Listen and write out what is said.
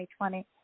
2020